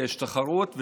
ויש תחרות.